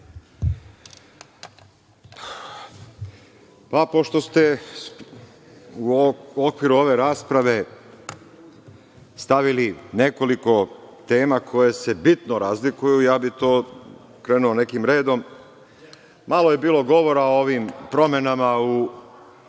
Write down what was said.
Pošto ste u okviru ove rasprave stavili nekoliko tema koje se bitno razlikuju, ja bih krenuo nekim redom. Malo je bilo govora o ovim promenama u